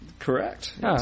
Correct